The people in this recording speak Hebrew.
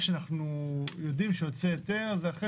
אנחנו יודעים שכשיוצא היתר זה אחרי